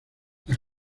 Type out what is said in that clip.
las